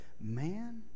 man